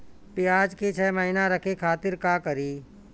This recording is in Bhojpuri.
प्याज के छह महीना रखे खातिर का करी?